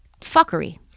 fuckery